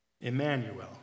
Emmanuel